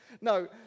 No